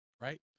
right